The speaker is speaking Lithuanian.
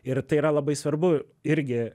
ir tai yra labai svarbu irgi